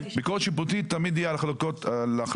ביקורת שיפוטית תמיד תהיה על החלטות